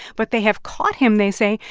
but they have caught him, they say,